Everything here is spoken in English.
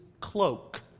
cloak